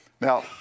Now